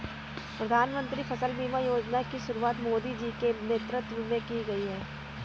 प्रधानमंत्री फसल बीमा योजना की शुरुआत मोदी जी के नेतृत्व में की गई है